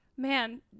Man